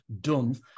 done